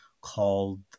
called